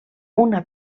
una